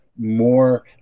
more